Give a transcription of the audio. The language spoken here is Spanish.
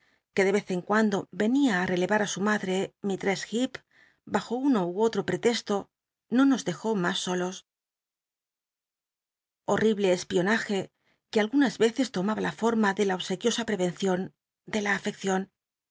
que de l'ez en cuando venia relel'ar á su madre mistress heep bajo uno ú otro preteslo no nos dejó mas solos llorl'ible espionaje c uc algunas cces lomaba la forma de la obsequiosa prevencion de la afeccion